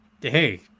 hey